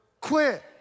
quit